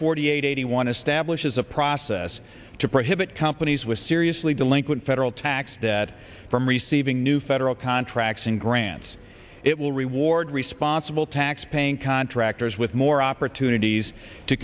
forty eight eighty one establishes a process to prohibit companies with seriously delinquent federal tax debt from receiving new federal contracts and grants it will reward responsible tax paying contractors with more opportunities to